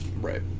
Right